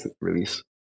release